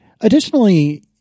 Additionally